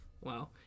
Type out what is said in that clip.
wow